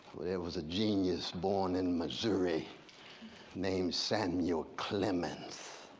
for there was a genius born in missouri named samuel clemens.